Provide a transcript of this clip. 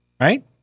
right